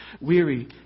weary